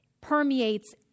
permeates